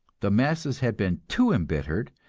the masses had been too embittered,